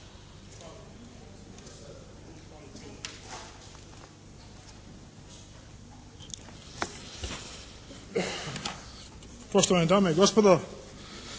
Hvala vam